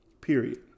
Period